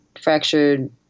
fractured